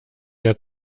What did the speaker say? der